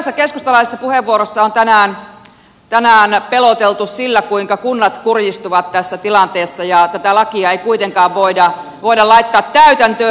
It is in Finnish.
useassa keskustalaisessa puheenvuorossa on tänään peloteltu sillä kuinka kunnat kurjistuvat tässä tilanteessa ja tätä lakia ei kuitenkaan voida laittaa täytäntöön